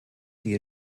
die